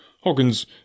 Hawkins